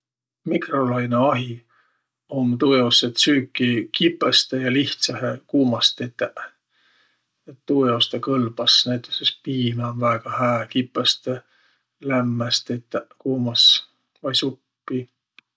Mikrolainõahi um tuujaos, et süüki kipõstõ ja lihtsähe kuumas tetäq. Tuujaos tä kõlbas. Näütüses piimä um väega hää kipõstõ lämmäs tetäq, kuumas, vai suppi.